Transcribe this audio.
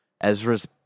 Ezra's